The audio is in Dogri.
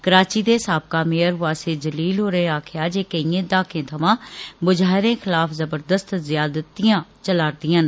कराची दे साबका मेयर वासे जलील होरें आक्खेआ जे केइएं दहाकें थमां मुहाजिरें खलाफ ज़बरदस्त ज्यादतियां चलारदियां न